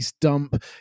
Dump